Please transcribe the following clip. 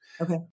Okay